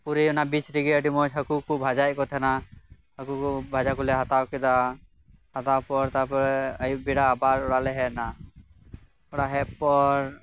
ᱯᱩᱨᱤ ᱚᱱᱟ ᱵᱤᱪ ᱨᱮᱜᱮ ᱟᱰᱤ ᱢᱚᱸᱡᱽ ᱦᱟᱠᱩ ᱠᱚ ᱵᱷᱟᱡᱟᱭᱮᱜ ᱠᱚ ᱛᱟᱦᱮᱸᱱᱟ ᱦᱟᱠᱩ ᱠᱚ ᱵᱷᱟᱡᱟ ᱠᱚᱞᱮ ᱦᱟᱛᱟᱣ ᱠᱮᱫᱟ ᱦᱟᱛᱟᱣ ᱯᱚᱨ ᱛᱟᱨᱯᱚᱨᱮ ᱟᱭᱩᱵᱽ ᱵᱮᱲᱟ ᱟᱵᱟᱨ ᱚᱲᱟᱜ ᱞᱮ ᱦᱮᱜ ᱱᱟ ᱚᱲᱟᱜ ᱦᱮᱜ ᱯᱚᱨ